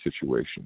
situation